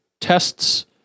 tests